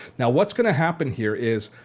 now what's going to happen here is,